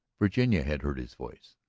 virginia had heard his voice,